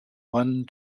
one